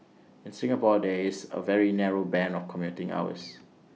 in Singapore there is A very narrow Band of commuting hours